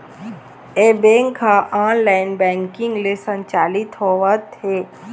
ए bank ह online banking ले संचालित होवत हे